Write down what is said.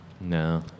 no